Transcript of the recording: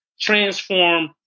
transform